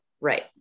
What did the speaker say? Right